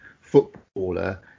footballer